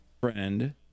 friend